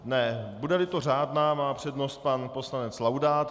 Ne, budeli to řádná, má přednost pan poslanec Laudát.